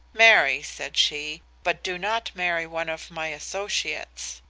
marry, said she, but do not marry one of my associates.